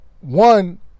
one